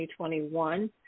2021